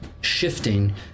shifting